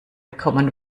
common